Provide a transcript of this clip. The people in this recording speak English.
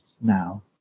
now